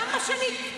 למה שאני?